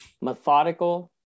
methodical